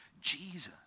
Jesus